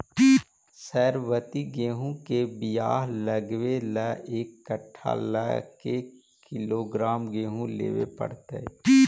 सरबति गेहूँ के बियाह लगबे ल एक कट्ठा ल के किलोग्राम गेहूं लेबे पड़तै?